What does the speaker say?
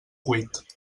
cuit